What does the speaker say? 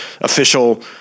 official